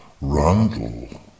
Randall